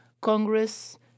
Congress